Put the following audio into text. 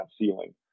ceiling